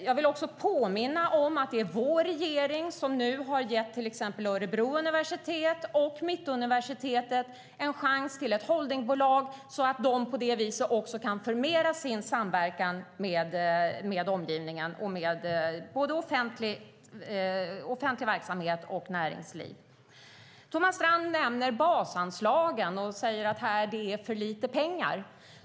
Jag vill påminna om att det är vår regering som har gett Örebro universitet och Mittuniversitetet chans att bilda holdingbolag så att de på det viset kan förmera sin samverkan med omgivningen, både offentlig verksamhet och näringsliv. Thomas Strand nämner basanslagen och säger att det är för lite pengar.